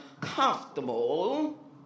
comfortable